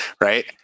right